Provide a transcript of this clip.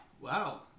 Wow